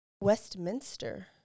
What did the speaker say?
Westminster